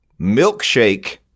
milkshake